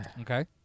Okay